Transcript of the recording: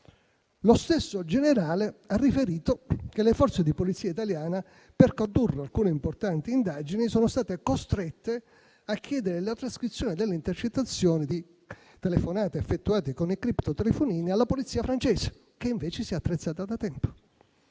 Lo stesso generale ha riferito che le Forze di polizia italiane per condurre alcune importanti indagini sono state costrette a chiedere la trascrizione delle intercettazioni di telefonate effettuate con i criptotelefonini alla polizia francese, che invece si è attrezzata da tempo.